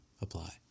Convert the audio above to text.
apply